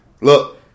Look